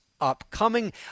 upcoming